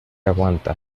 aguanta